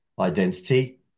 identity